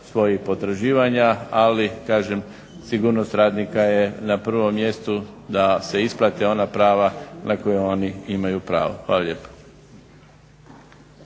svojih potraživanja. Ali kažem, sigurnost radnika je na prvom mjestu da se isplate ona prava na koja oni imaju pravo. Hvala lijepa.